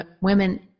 Women